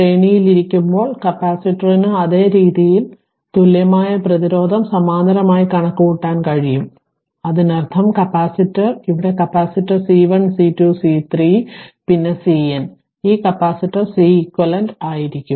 ശ്രേണിയിലായിരിക്കുമ്പോൾ കപ്പാസിറ്ററിന് അതേ രീതിയിൽ തുല്യമായ പ്രതിരോധം സമാന്തരമായി കണക്കുകൂട്ടാൻ കഴിയും അതിനർത്ഥം കപ്പാസിറ്റർ ഇവിടെ കപ്പാസിറ്റർ C1 C2 C3 പിന്നെ CN ഈ കപ്പാസിറ്റർ Cequivalent ആയിരിക്കും